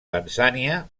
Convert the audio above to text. tanzània